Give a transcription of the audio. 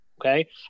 Okay